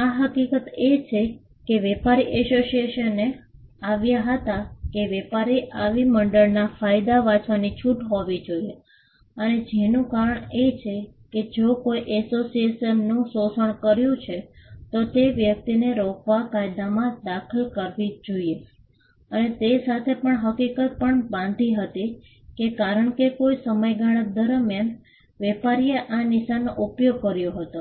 આ હકીકત એ છે કે વેપારી એસોસિએશનએ આવ્યા હતા કે વેપારીને આવી મંડળના ફાયદા વાંચવાની છૂટ હોવી જોઈએ અને જેનું કારણ એ છે કે જો કોઈએ એસોસિએશનનું શોષણ કર્યું છે તો તે વ્યક્તિને રોકવા કાયદામાં દખલ કરવી જોઈએ અને તે સાથે આ હકીકત પણ બાંધી હતી કે કારણ કે કોઈ સમયગાળા દરમિયાન વેપારીએ આ નિશાનનો ઉપયોગ કર્યો હતો